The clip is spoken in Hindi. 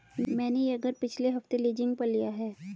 मैंने यह घर पिछले हफ्ते लीजिंग पर लिया है